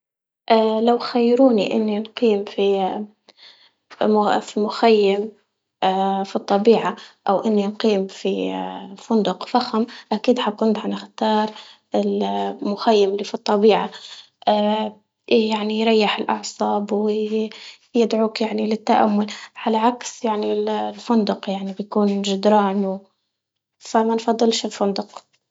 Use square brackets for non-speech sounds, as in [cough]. [hesitation] لو خيروني إني نقيم في م- في مخيم [hesitation] في الطبيعة أو إني نقيم في [hesitation] فندق فخم؟ أكيد حكون أختار ال- [hesitation] مخيم اللي في الطبيعة، [hesitation] يريح الأعصاب ويدعوك للتأمل على عكس يعني ال- الفندق يعني بيكون جدران و فما نفضلش الفندق.